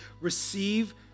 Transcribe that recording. receive